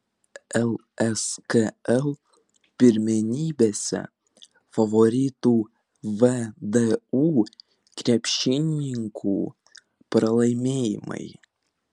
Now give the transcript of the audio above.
lskl pirmenybėse favoritų vdu krepšininkų pralaimėjimai